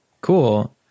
Cool